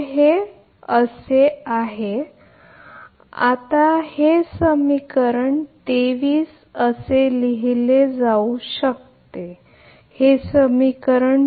आता तिथे समीकरण 23 असे देखील लिहिले जाऊ शकते म्हणजेच हे समीकरण हे समीकरण 23 असे लिहिले जाऊ शकते हे समीकरण 24 आहे